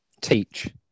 Teach